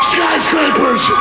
Skyscrapers